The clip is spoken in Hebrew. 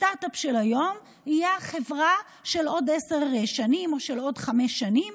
הסטרטאפ של היום יהיה החברה של עוד עשר שנים או של עוד חמש שנים.